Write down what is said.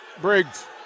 Briggs